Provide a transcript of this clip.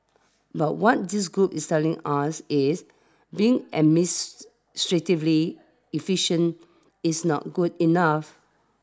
but want this group is telling us is being administratively efficient is not good enough